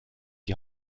die